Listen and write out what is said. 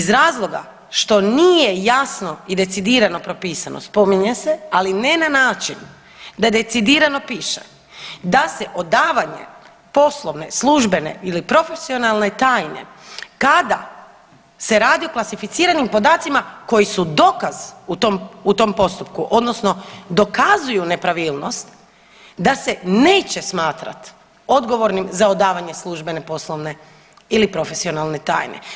Iz razloga što nije jasno i decidirano propisano spominje se, ali ne na način da decidirano piše da se odavanje poslovne, službene ili profesionalne tajne kada se radi o klasificiranim podacima koji su dokaz u tom postupku odnosno dokazuju nepravilnost da se neće smatrati odgovornim za odavanje službene, poslovne ili profesionalne tajne.